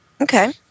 Okay